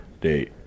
date